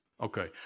Okay